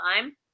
time